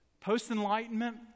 Post-enlightenment